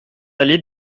allée